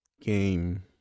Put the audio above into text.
game